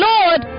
Lord